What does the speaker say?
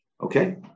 Okay